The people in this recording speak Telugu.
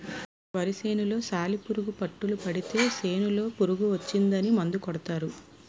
వరి సేనులో సాలిపురుగు పట్టులు పడితే సేనులో పురుగు వచ్చిందని మందు కొడతారు